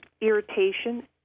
irritation